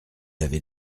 avait